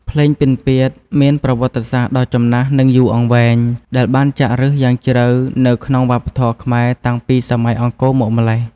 ភ្លេងពិណពាទ្យ មានប្រវត្តិសាស្ត្រដ៏ចំណាស់ និងយូរអង្វែង ដែលបានចាក់ឫសយ៉ាងជ្រៅនៅក្នុងវប្បធម៌ខ្មែរតាំងពីសម័យអង្គរមកម្ល៉េះ។